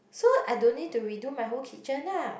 so I don't need to redo my whole kitchen ah